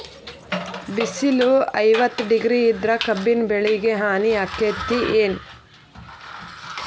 ಬಿಸಿಲ ಐವತ್ತ ಡಿಗ್ರಿ ಇದ್ರ ಕಬ್ಬಿನ ಬೆಳಿಗೆ ಹಾನಿ ಆಕೆತ್ತಿ ಏನ್?